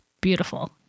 beautiful